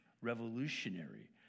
revolutionary